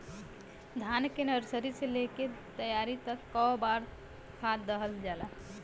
धान के नर्सरी से लेके तैयारी तक कौ बार खाद दहल जाला?